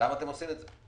למה אתם עושים את זה?